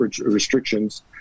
restrictions